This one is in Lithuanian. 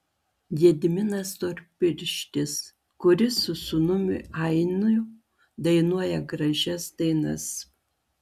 gediminas storpirštis kuris su sūnumi ainiu dainuoja gražias dainas